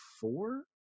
four